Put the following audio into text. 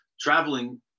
traveling